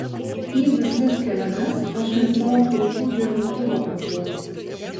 į visas keliones aš net savo plaukų džiovintuvą vežuosi